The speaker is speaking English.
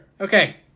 Okay